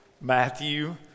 matthew